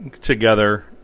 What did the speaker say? together